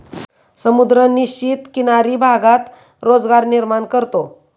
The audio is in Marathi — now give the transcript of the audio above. समुद्र निश्चित किनारी भागात रोजगार निर्माण करतो